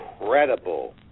incredible